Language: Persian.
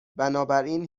بنابراین